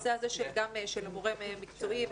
בנושא של המורה המקצועי,